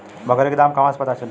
बकरी के दाम कहवा से पता चली?